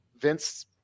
Vince